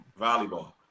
Volleyball